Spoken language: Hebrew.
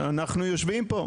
אנחנו יושבים פה,